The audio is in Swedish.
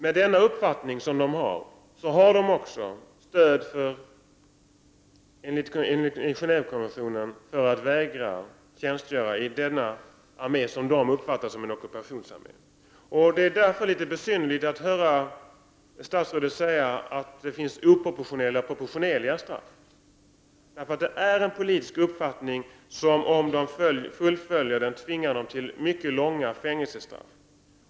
Med denna uppfattning har de också i Genévekonventionen stöd för att vägra tjänstgöra i denna armé. Det är därför litet besynnerligt att höra statsrådet säga att det finns oproportionerliga och proportionerliga straff. Dessa balters politiska uppfattning, om den fullföljs, tvingar dem till mycket långa fängelsestraff.